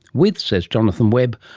with, says jonathan webb,